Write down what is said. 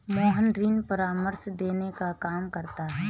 मोहन ऋण परामर्श देने का काम करता है